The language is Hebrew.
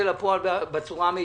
ובצורה המיטבית,